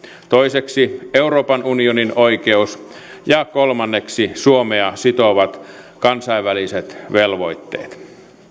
toiseksi euroopan unionin oikeus ja kolmanneksi suomea sitovat kansainväliset velvoitteet